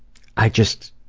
i just